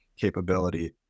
capability